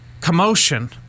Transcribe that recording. commotion